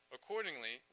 Accordingly